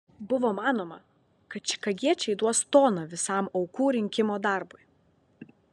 buvo manoma kad čikagiečiai duos toną visam aukų rinkimo darbui